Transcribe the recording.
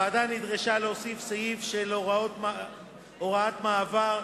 הוועדה נדרשה להוסיף סעיף של הוראת מעבר,